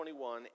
21